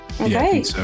okay